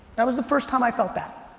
that was the first time i felt that.